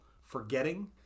forgetting